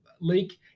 leak